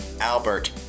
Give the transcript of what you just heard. Albert